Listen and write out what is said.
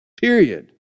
Period